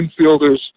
infielders